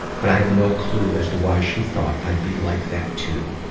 but i have no clue as to why she thought i'd be like that, too.